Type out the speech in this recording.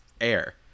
air